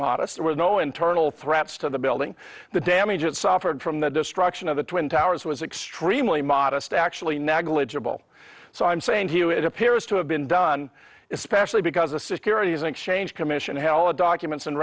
modest it was no internal threats to the building the damage it suffered from the destruction of the twin towers was extremely modest actually negligible so i'm saying to you it appears to have been done especially because the securities and exchange commission hella documents and